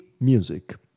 music